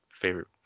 favorite